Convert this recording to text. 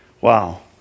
Wow